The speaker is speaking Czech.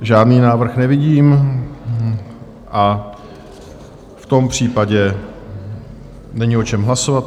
Žádný návrh nevidím a v tom případě není o čem hlasovat.